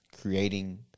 creating